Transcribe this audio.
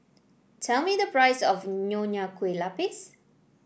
tell me the price of Nonya Kueh Lapis